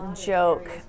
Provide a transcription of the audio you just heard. joke